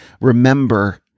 remember